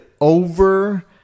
over